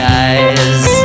eyes